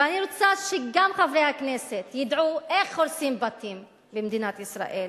ואני רוצה שגם חברי הכנסת ידעו איך הורסים בתים במדינת ישראל: